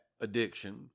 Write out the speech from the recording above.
addiction